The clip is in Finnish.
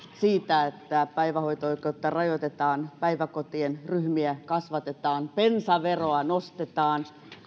siitä että päivähoito oikeutta rajoitetaan päiväkotien ryhmiä kasvatetaan bensaveroa nostetaan